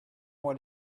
moi